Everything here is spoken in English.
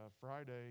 friday